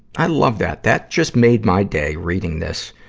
i love that. that just made my day, reading this.